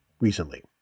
recently